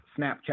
Snapchat